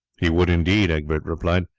he would indeed, egbert replied.